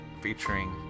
featuring